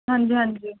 ਹਾਂਜੀ ਹਾਂਜੀ